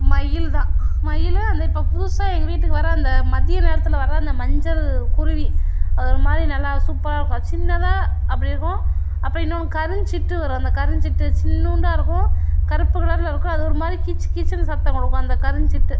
மயில் தான் மயில் அந்த இப்போ புதுசாக எங்கள் வீட்டுக்கு வர அந்த மதிய நேரத்தில் வர அந்த மஞ்சள் குருவி அது ஒரு மாதிரி நல்லா சூப்பராக இருக்கும் அது சின்னதாக அப்படி இருக்கும் அப்புறம் இன்னொன்று கருஞ்சிட்டு வரும் அந்த கருஞ்சிட்டு சின்னோன்டா இருக்கும் கருப்பு கலரில் இருக்கும் அது ஒரு மாதிரி கீச் கீச்சுன்னு சத்தம் கொடுக்கும் அந்த கருஞ்சிட்டு